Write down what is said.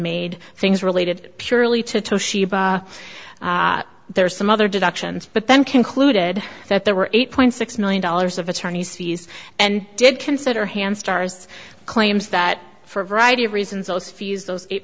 made things related purely to toshiba there's some other deductions but then concluded that there were eight point six million dollars of attorney's fees and did consider hand stars claims that for a variety of reasons also fees those eight